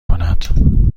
کند